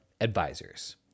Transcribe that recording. advisors